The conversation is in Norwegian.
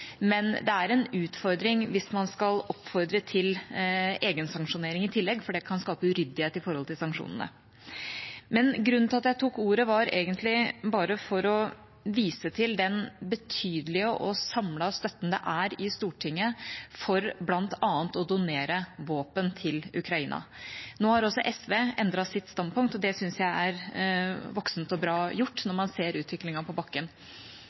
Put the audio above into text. men det er en utfordring hvis man skal oppfordre til egensanksjonering i tillegg, for det kan skape uryddighet overfor sanksjonene. Men grunnen til at jeg tok ordet, var egentlig bare at jeg ville vise til den betydelige og samlede støtten det er i Stortinget for bl.a. å donere våpen til Ukraina. Nå har også SV endret sitt standpunkt, og det synes jeg er voksent og bra gjort når man ser utviklingen på bakken.